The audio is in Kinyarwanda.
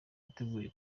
yiteguye